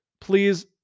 please